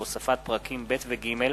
מאת חברי הכנסת אריה אלדד,